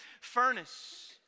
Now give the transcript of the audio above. furnace